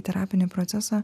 terapinį procesą